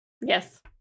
yes